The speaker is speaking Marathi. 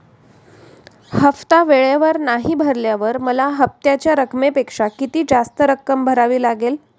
हफ्ता वेळेवर नाही भरल्यावर मला हप्त्याच्या रकमेपेक्षा किती जास्त रक्कम भरावी लागेल?